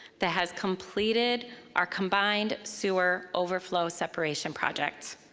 that has completed our combined sewer overflow separation project.